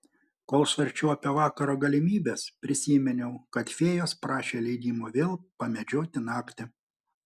kol svarsčiau apie vakaro galimybes prisiminiau kad fėjos prašė leidimo vėl pamedžioti naktį